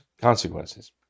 consequences